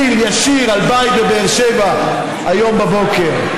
טיל ישיר על בית בבאר שבע היום בבוקר.